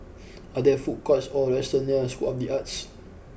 are there food courts or restaurants near School of The Arts